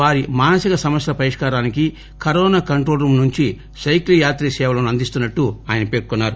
వారి మానసిక సమస్యల పరిష్కారానికి కరోన కంట్రోలు రూమ్ నుంచి సైకియాట్రీ సేవలను అందిస్తున్నట్లు పేర్కొన్నారు